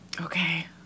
Okay